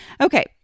Okay